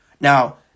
Now